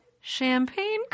champagne